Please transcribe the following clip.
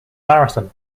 marathon